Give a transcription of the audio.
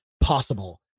possible